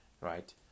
right